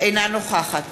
אינה נוכחת